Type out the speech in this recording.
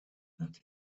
that